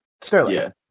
Sterling